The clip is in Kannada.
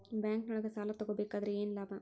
ಬ್ಯಾಂಕ್ನೊಳಗ್ ಸಾಲ ತಗೊಬೇಕಾದ್ರೆ ಏನ್ ಲಾಭ?